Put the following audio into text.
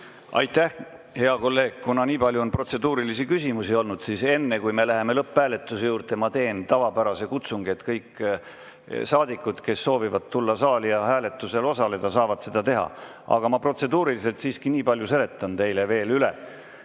Aitäh! Hea kolleeg, kuna nii palju on protseduurilisi küsimusi olnud, siis enne, kui me läheme lõpphääletuse juurde, ma teen tavapärase kutsungi. Nii et kõik saadikud, kes soovivad tulla saali ja hääletusel osaleda, saavad seda teha. Aga ma protseduuriliselt siiski nii palju seletan teile veel üle,